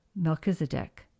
Melchizedek